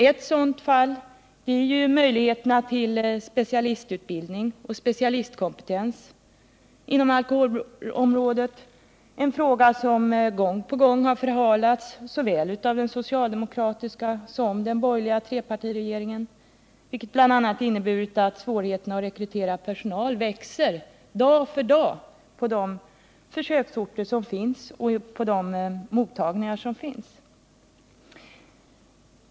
En sådan åtgärd är möjligheterna till specialistutbildning och specialistkompetens inom alkoholområdet — en fråga som gång på gång har förhalats såväl av den socialdemokratiska regeringen som av den borgerliga trepartiregeringen, vilket bl.a. har inneburit att svårigheterna att rekrytera personal växer dag för dag på nuvarande försöksorter och mottagningar.